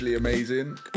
amazing